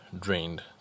drained